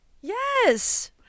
yes